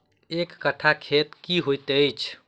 एक कट्ठा खेत की होइ छै?